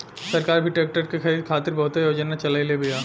सरकार भी ट्रेक्टर के खरीद खातिर बहुते योजना चलईले बिया